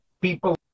people